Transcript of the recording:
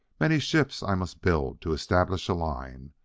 many ships i must build to establish a line.